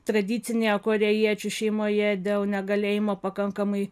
tradicinėje korėjiečių šeimoje dėl negalėjimo pakankamai